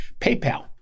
PayPal